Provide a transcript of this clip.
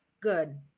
Good